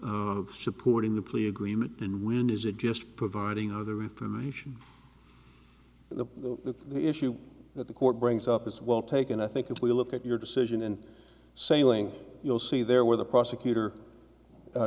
longer supporting the plea agreement and when is it just providing other information the issue that the court brings up is well taken i think if we look at your decision and sailing you'll see there where the prosecutor